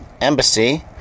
Embassy